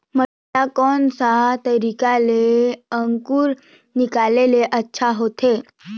मटर ला कोन सा तरीका ले अंकुर निकाले ले अच्छा होथे?